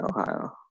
Ohio